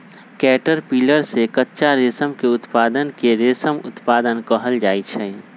caterpillar से कच्चा रेशम के उत्पादन के रेशम उत्पादन कहल जाई छई